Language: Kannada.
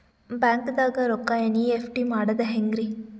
ಬ್ಯಾಂಕ್ದಾಗ ರೊಕ್ಕ ಎನ್.ಇ.ಎಫ್.ಟಿ ಮಾಡದ ಹೆಂಗ್ರಿ?